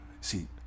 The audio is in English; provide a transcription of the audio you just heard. See